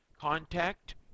Contact